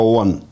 one